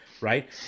right